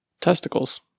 Testicles